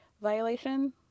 violation